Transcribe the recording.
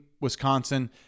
Wisconsin